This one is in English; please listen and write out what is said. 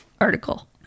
article